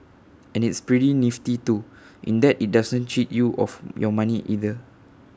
and it's pretty nifty too in that IT doesn't cheat you of your money either